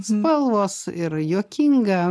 spalvos ir juokinga